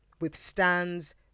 withstands